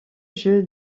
jeu